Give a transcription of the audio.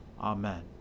Amen